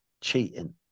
cheating